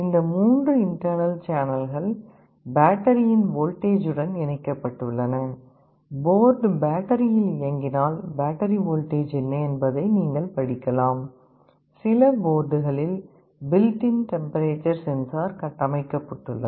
இந்த 3 இன்டேர்னல் சேனல்கள் பேட்டரியின் வோல்டேஜ் உடன் இணைக்கப்பட்டுள்ளன போர்டு பேட்டரியில் இயங்கினால் பேட்டரி வோல்டேஜ் என்ன என்பதை நீங்கள் படிக்கலாம் சில போர்டுகளில் பில்ட் இன் டெம்பரேச்சர் சென்சார் கட்டமைக்கப்பட்டுள்ளது